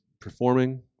performing